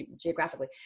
geographically